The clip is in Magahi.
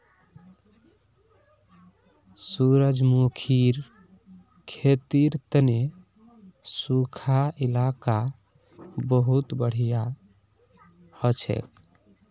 सूरजमुखीर खेतीर तने सुखा इलाका बहुत बढ़िया हछेक